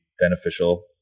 Beneficial